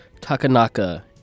Takanaka